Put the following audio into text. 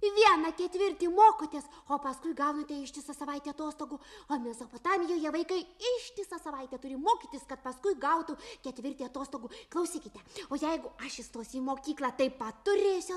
vieną ketvirtį mokotės o paskui gaunate ištisą savaitę atostogų o mesopotamijoje vaikai ištisą savaitę turi mokytis kad paskui gautų ketvirtį atostogų klausykite o jeigu aš įstosiu į mokyklą taip pat turėsiu